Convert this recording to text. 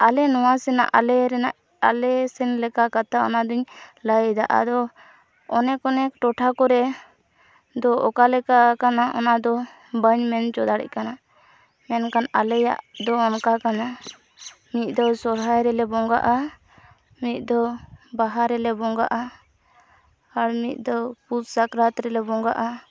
ᱟᱞᱮ ᱱᱚᱣᱟ ᱥᱮᱱᱟᱜ ᱟᱞᱮ ᱨᱮᱱᱟᱜ ᱟᱞᱮᱥᱮᱱ ᱞᱮᱠᱟ ᱠᱟᱛᱷᱟ ᱚᱱᱟᱫᱚᱧ ᱞᱟᱭᱫᱟ ᱟᱫᱚ ᱚᱱᱮᱠ ᱚᱱᱮᱠ ᱴᱚᱴᱷᱟ ᱠᱚᱨᱮ ᱫᱚ ᱚᱠᱟᱞᱮᱠᱟ ᱠᱟᱱᱟ ᱚᱱᱟᱫᱚ ᱵᱹᱟᱧ ᱢᱮᱱᱪᱚ ᱫᱟᱲᱮᱜ ᱠᱟᱱᱟ ᱢᱮᱱᱠᱷᱟᱱ ᱟᱞᱮᱭᱟᱜ ᱫᱚ ᱚᱱᱠᱟ ᱠᱟᱱᱟ ᱢᱤᱫ ᱫᱚ ᱥᱚᱦᱚᱨᱟᱭ ᱨᱮᱞᱮ ᱵᱚᱸᱜᱟᱼᱟ ᱢᱤᱫ ᱫᱚ ᱵᱟᱦᱟ ᱨᱮᱞᱮ ᱵᱚᱸᱜᱟᱼᱟ ᱟᱨ ᱢᱤᱫ ᱫᱚ ᱯᱩᱥ ᱥᱟᱠᱨᱟᱛ ᱨᱮᱞᱮ ᱵᱚᱸᱜᱟᱼᱟ